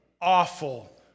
awful